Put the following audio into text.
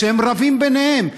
כשהם רבים ביניהם,